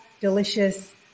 delicious